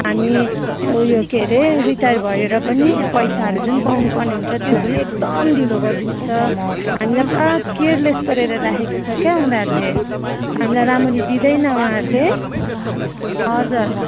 हामी उयो के अरे रिटायर भएर पनि पैसाहरू जुन पाउनुपर्ने हुन्छ त्योहरू पनि एकदम ढिलो गरिदिन्छ हामीलाई पुरा केयरलेस गरेर राखेको छ क्या हौ उनीहरूले हामीलाई राम्ररी दिँदैन उहाँहरूले हजुर